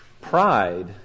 Pride